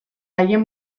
haien